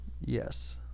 Yes